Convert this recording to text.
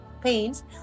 pains